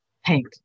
Hank